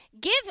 Give